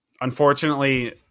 Unfortunately